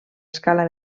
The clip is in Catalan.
escala